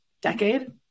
decade